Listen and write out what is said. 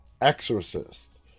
exorcist